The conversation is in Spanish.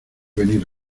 venir